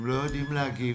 הם לא יודעים להגיב.